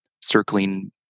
circling